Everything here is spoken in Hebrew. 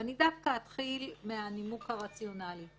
ואני דווקא אתחיל מהנימוק הרציונלי.